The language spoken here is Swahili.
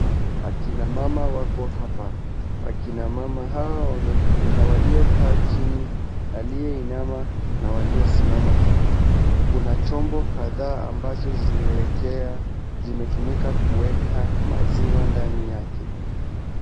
Akina mama wako hapa. Akina mama hawa kuna wakiokaa chini, waliye inama na waliosimama hapa. Kuna chombo kadhaa ambazo zimetumika kuweka maziwa ndani yake.